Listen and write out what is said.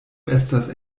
estas